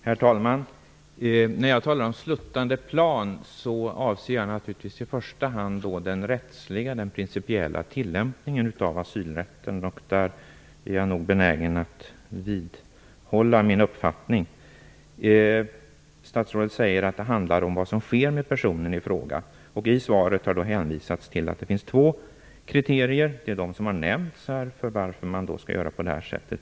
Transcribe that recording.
Herr talman! När jag talar om sluttande plan avser jag naturligtvis i första hand den rättsliga, den principiella tillämpningen av asylrätten. Där är jag nog benägen att vidhålla min uppfattning. Statsrådet säger att det handlar om vad som sker med personen i fråga. I svaret har hänvisats till att det finns två kriterier för varför man skall göra på det här sättet. Det är de som har nämnts här.